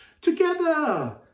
together